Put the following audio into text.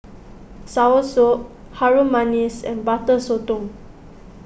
Soursop Harum Manis and Butter Sotong